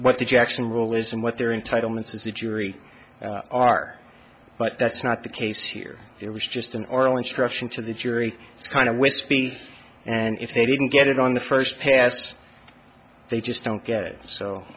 what the jackson rule is and what their entitlements of the jury are but that's not the case here it was just an oral instruction to the jury it's kind of wispy and if they didn't get it on the first pass they just don't get